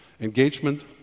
Engagement